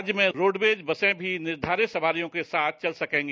राज्य में roadways bus मॅी निर्धारित सवारियों के साथ चल सकेंगी